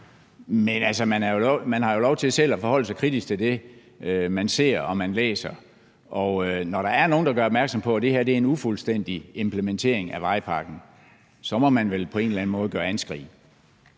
men man har jo lov til selv at forholde sig kritisk til det, man ser og læser. Og når der er nogen, der gør opmærksom på, at det her er en ufuldstændig implementering af vejpakken, så må man vel på en eller anden måde gøre anskrig.